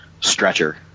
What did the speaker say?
stretcher